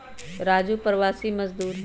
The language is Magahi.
राजू प्रवासी मजदूर हई